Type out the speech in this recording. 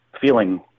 feeling